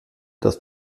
das